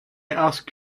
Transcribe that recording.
ask